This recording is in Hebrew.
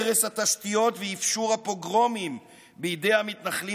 הרס התשתיות ואפשור הפוגרומים בידי המתנחלים,